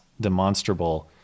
demonstrable